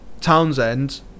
Townsend